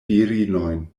virinojn